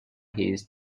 his